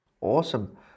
Awesome